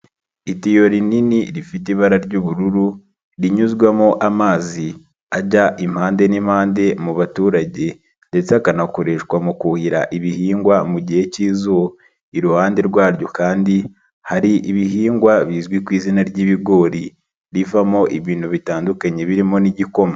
idiyo rinini rifite ibara ry'ubururu, rinyuzwamo amazi ajya impande n'impande mu baturage, ndetse akanakoreshwa mu kuhira ibihingwa mu gihe cy'izuba. lruhande rwaryo kandi hari ibihingwa bizwi ku izina ry'ibigori. Rivamo ibintu bitandukanye birimo n'igikoma.